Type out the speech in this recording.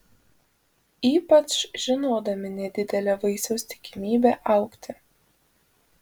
ypač žinodami nedidelę vaisiaus tikimybę augti